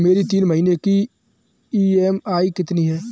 मेरी तीन महीने की ईएमआई कितनी है?